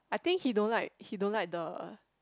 I think he don't like he don't like the